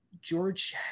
George